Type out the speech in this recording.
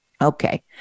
okay